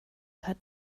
hat